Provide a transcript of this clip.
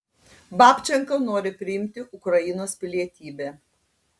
babčenka nori priimti ukrainos pilietybę